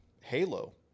Halo